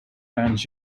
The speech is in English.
french